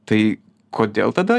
tai kodėl tada